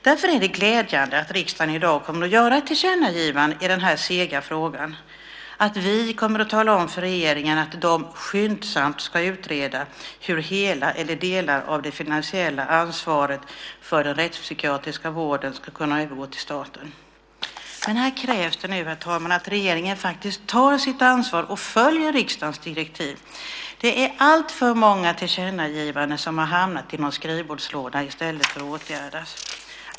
Därför är det glädjande att riksdagen i dag kommer att göra ett tillkännagivande i den här sega frågan - att vi kommer att tala om för regeringen att "skyndsamt utreda hur hela eller delar av det finansiella ansvaret för den rättspsykiatriska vården skulle kunna övergå till staten". Men här krävs det nu, herr talman, att regeringen faktiskt tar sitt ansvar och följer riksdagens direktiv. Det är alltför många tillkännagivanden som har hamnat i någon skrivbordslåda i stället för att åtgärdas.